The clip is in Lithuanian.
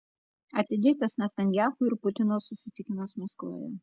atidėtas netanyahu ir putino susitikimas maskvoje